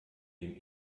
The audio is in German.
dem